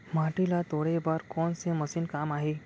माटी ल तोड़े बर कोन से मशीन काम आही?